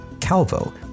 Calvo